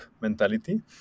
mentality